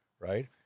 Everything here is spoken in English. Right